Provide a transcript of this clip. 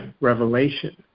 revelation